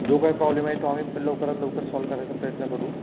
जो काय प्रॉब्लेम आहे तो आम्ही लवकरात लवकर सॉल्व करायचा प्रयत्न करू